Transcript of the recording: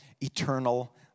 eternal